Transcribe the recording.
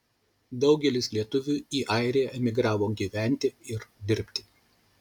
daugelis lietuvių į airiją emigravo gyventi ir dirbti